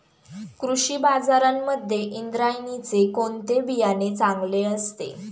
कृषी बाजारांमध्ये इंद्रायणीचे कोणते बियाणे चांगले असते?